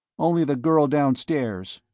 only the girl downstairs.